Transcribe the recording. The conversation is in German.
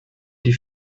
die